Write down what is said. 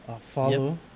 Follow